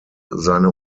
seine